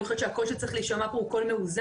אני חושבת שהקול שצריך להישמע פה הוא קול מאוזן.